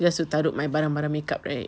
just to taruk my barang barang makeup right